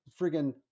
friggin